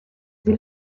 sie